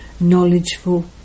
knowledgeful